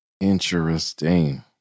Interesting